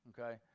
Okay